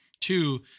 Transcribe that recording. Two